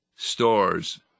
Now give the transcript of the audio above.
stores